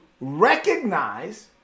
recognize